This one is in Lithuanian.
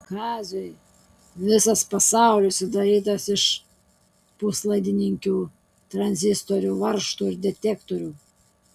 kaziui visas pasaulis sudarytas iš puslaidininkių tranzistorių varžtų ir detektorių